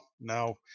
no